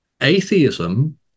Atheism